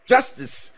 Justice